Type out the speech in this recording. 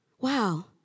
Wow